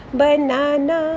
banana